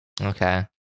Okay